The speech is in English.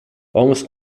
almost